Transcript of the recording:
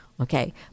okay –